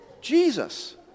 Jesus